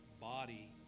body